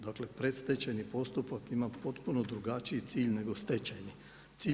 Dakle, predstečajni postupak imam potpuno drugačiji cilj nego stečajni cilj.